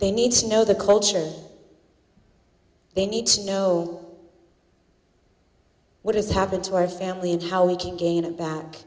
they need to know the culture they need to know what has happened to our family and how we can gain it back